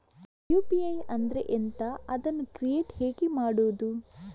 UPI ಅಂದ್ರೆ ಎಂಥ? ಅದನ್ನು ಕ್ರಿಯೇಟ್ ಹೇಗೆ ಮಾಡುವುದು?